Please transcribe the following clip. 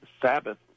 Sabbath